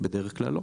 בדרך כלל לא.